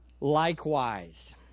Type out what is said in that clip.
Likewise